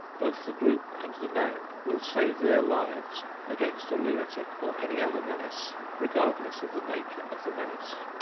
both the group and the man will save their lives against a lunatic or any other menace, regardless of the nature of the menace.